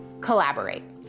Collaborate